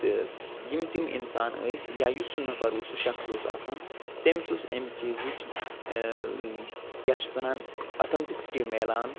تہٕ یِم تِم اِنسان ٲسۍ یا یُس سُہ نفر اوس سُہ شخص اوس آسان تٔمِس اوس اَمہِ چیٖزٕچ کیٛاہ چھِ اتھ وَنان اَتھُنٹِسِٹی مِلان